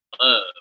love